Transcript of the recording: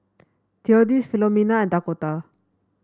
Theodis Filomena and Dakotah